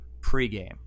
pregame